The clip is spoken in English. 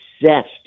obsessed